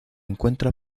encuentra